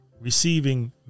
receiving